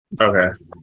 Okay